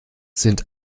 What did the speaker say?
sind